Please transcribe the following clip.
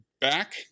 back